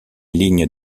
lignes